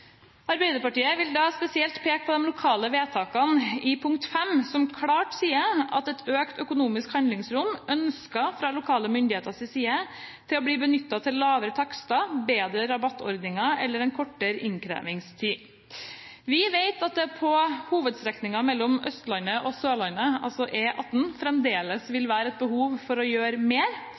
Arbeiderpartiet vil spesielt peke på de lokale vedtakene i punkt 5, som klart sier at et økt økonomisk handlingsrom ønskes fra de lokale myndigheters side å bli benyttet til lavere takster, bedre rabattordning eller kortere innkrevingstid. Vi vet at det på hovedstrekningen mellom Østlandet og Sørlandet, altså E18, fremdeles vil være behov for å gjøre mer.